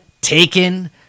taken